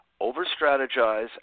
over-strategize